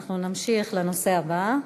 אנחנו נמשיך לנושא הבא: